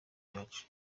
byacu